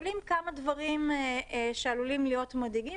עולים דברים שעלולים להיות מדאיגים